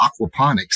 aquaponics